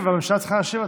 מסכנה.